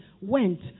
went